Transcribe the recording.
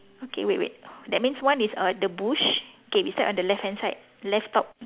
okay wait wait that means one is err the bush okay we start on the left hand side left top